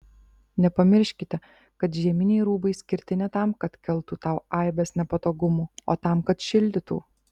nepamirškite kad žieminiai rūbai skirti ne tam kad keltų tau aibes nepatogumų o tam kad šildytų